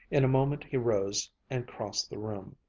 in a moment he rose and crossed the room.